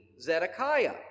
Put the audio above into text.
Zedekiah